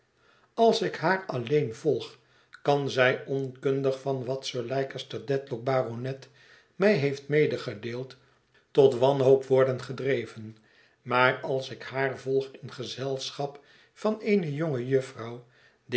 als ik haar alleen volg kan zij onkundig van wat sir leicester dedlock baronet mij heeft medegedeeld tot wanhoop worden gedreven maar als ik haar volg in gezelschap van eene jonge jufvrouw